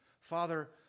Father